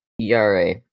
ERA